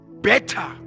better